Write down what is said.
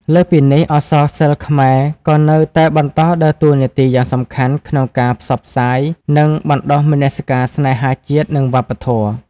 លើសពីនេះ អក្សរសិល្ប៍ខ្មែរក៏នៅតែបន្តដើរតួនាទីយ៉ាងសំខាន់ក្នុងការផ្សព្វផ្សាយ និងបណ្តុះមនសិការស្នេហាជាតិ និងវប្បធម៌។